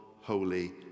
holy